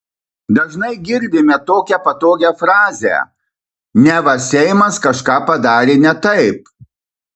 dažnai girdime tokią patogią frazę neva seimas kažką padarė ne taip